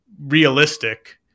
realistic